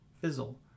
fizzle